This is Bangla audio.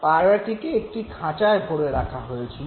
পায়রাটিকে একটি খাঁচায় ভরে রাখা হয়েছিল